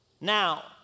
Now